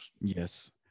Yes